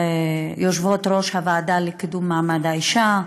יושבות-ראש הוועדה לקידום מעמד האישה,